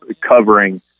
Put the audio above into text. covering